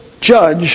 judge